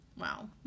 wow